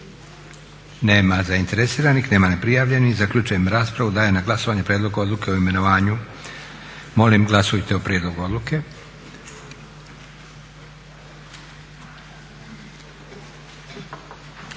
Nema zainteresiranih. Nema ni prijavljenih. Zaključujem raspravu. Dajem na glasovanje prijedlog odluke o imenovanju. Molim glasujte o prijedlogu odluke.